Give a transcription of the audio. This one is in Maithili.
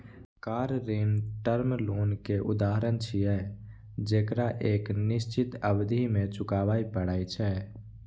कार ऋण टर्म लोन के उदाहरण छियै, जेकरा एक निश्चित अवधि मे चुकबै पड़ै छै